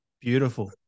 Beautiful